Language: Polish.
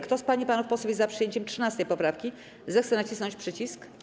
Kto z pań i panów posłów jest za przyjęciem 13. poprawki, zechce nacisnąć przycisk.